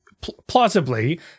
plausibly